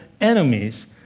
enemies